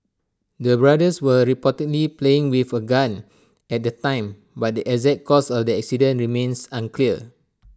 the brothers were reportedly playing with A gun at the time but the exact cause of the accident remains unclear